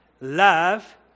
love